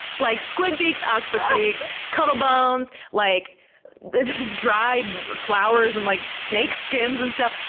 like squid beaks, octopus beaks, cuttlebones, like dried flowers, and like snake skins and stuff.